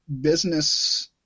business